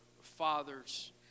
fathers